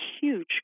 huge